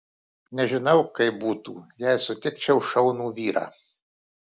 nežinau kaip būtų jei sutikčiau šaunų vyrą